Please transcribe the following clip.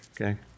Okay